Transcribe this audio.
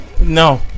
No